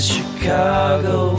Chicago